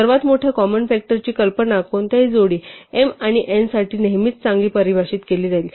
सर्वात मोठ्या कॉमन फ़ॅक्टरची कल्पना कोणत्याही जोडी m आणि n साठी नेहमीच चांगली परिभाषित केली जाईल